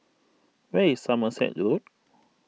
where is Somerset Road